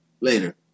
Later